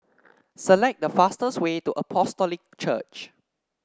select the fastest way to Apostolic Church